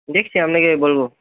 দেখছি আপনাকে বলব